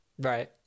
Right